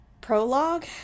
prologue